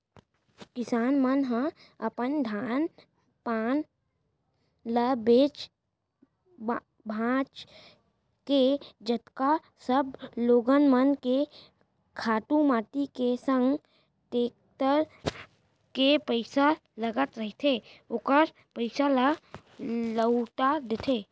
किसान मन ह अपन धान पान ल बेंच भांज के जतका सब लोगन मन के खातू माटी के संग टेक्टर के पइसा लगत रहिथे ओखर पइसा ल लहूटा देथे